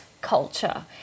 culture